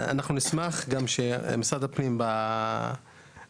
כל השנים עשיתם תעודות זהות לאותם אלה שבאו